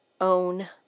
own